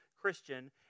Christian